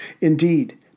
Indeed